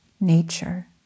nature